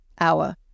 hour